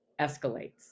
escalates